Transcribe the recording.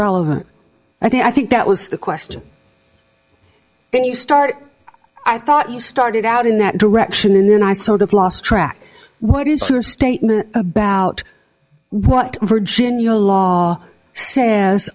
relevant i think that was the question then you start i thought you started out in that direction and then i sort of lost track what is your statement about what virginia law says